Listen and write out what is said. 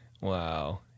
Wow